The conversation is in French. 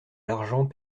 l’argent